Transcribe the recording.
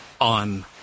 on